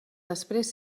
després